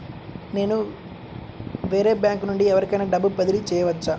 నేను వేరే బ్యాంకు నుండి ఎవరికైనా డబ్బు బదిలీ చేయవచ్చా?